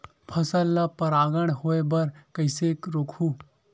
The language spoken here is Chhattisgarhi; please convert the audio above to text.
फसल ल परागण होय बर कइसे रोकहु?